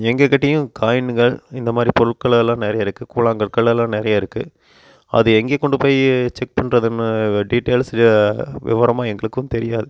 எங்கக்கிட்டையும் காயின்கள் இந்த மாதிரி பொருட்கள் எல்லாம் நிறைய இருக்குது கூழாங்கற்கள் எல்லாம் நிறைய இருக்குது அது எங்கே கொண்டு போய் செக் பண்ணுறதுன்னு டீட்டெயில்ஸ் விவரமாக எங்களுக்கும் தெரியாது